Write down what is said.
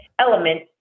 element